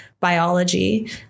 Biology